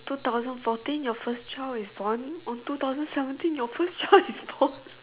two thousand fourteen your first child is born or two thousand seventeen your first child is born